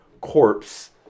Corpse